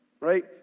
right